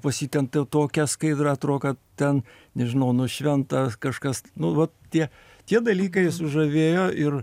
pa jį ten ta tokia skaidra atrodo kad ten nežinau nušvinta kažkas nu va tie tie dalykai sužavėjo ir